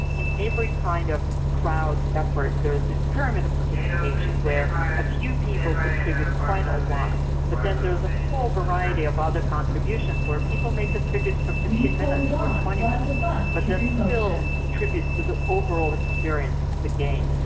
in every kind of crowd effort there is this pyramid of participation where a few people contribute quite a lot but then there is a whole variety of other contributions where people may contribute for fifteen minutes or twenty minutes but that still contributes to the overall experience of the game.